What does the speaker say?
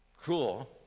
cruel